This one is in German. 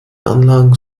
anlagen